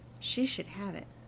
she should have it.